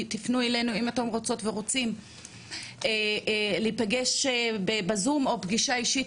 תפנו אלינו אם אתן רוצות ורוצים להיפגש בזום או פגישה אישית,